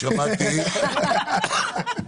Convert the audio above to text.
כן.